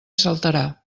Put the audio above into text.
saltarà